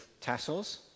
tassels